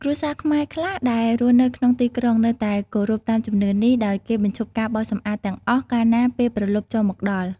គ្រួសារខ្មែរខ្លះដែលរស់នៅក្នុងទីក្រុង នៅតែគោរពតាមជំនឿនេះ ដោយគេបញ្ឈប់ការបោសសម្អាតទាំងអស់ កាលណាពេលព្រលប់ចូលមកដល់។